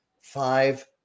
five